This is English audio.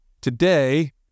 today